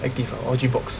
active ah or GYMMBOXX